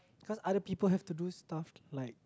cause other people have to do stuff like